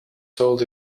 sold